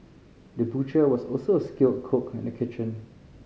the butcher was also a skilled cook in the kitchen